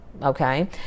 Okay